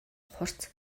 хурц